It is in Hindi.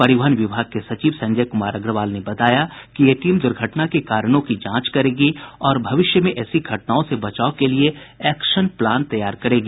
परिवहन विभाग के सचिव संजय कुमार अग्रवाल ने बताया कि ये टीम दुर्घटना के कारणों की जांच करेगी और भविष्य में ऐसी घटनाओं से बचाव के लिये एक्शन प्लान तैयार करेगी